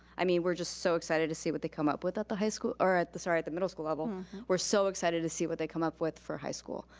i mean we're just so excited to see what they come up with at the high school, or at the, sorry, at the middle school level. we're so excited to see what they come up with for high school.